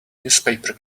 newspaper